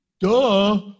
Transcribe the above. Duh